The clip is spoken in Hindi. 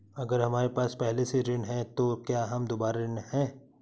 अगर हमारे पास पहले से ऋण है तो क्या हम दोबारा ऋण हैं?